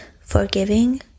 forgiving